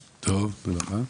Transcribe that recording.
טוב, תודה רבה.